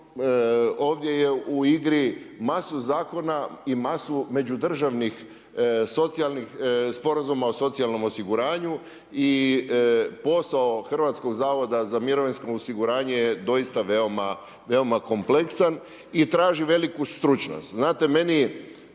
Ovdje je u igri masu zakona i masu međudržavnih socijalnih sporazuma o socijalnom osiguranju. I posao Hrvatskog zavoda za mirovinsko osiguranje je doista veoma kompleksan i traži veliku stručnost. Znate meni